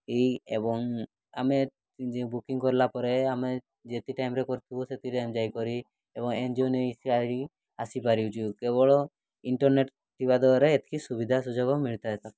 ଏହି ଏବଂ ଆମେ ଯେଉଁ ବୁକିଂ କରିଲା ପରେ ଆମେ ଯେତିକି ଟାଇମ୍ରେ କରିଥିବୁ ସେତିକି ଟାଇମ୍ ଯାଇକରି ଏବଂ ଏନ୍ଜିଓ ନେଇ ଆସିପାରୁଛୁ କେବଳ ଇଣ୍ଟର୍ନେଟ୍ ଥିବା ଦ୍ୱାରା ଏତିକି ସୁବିଧା ସୁଯୋଗ ମିଳିଥାଏ ତ